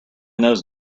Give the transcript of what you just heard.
those